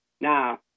Now